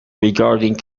regarding